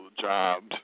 jobs